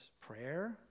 Prayer